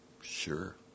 sure